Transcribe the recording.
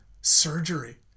surgery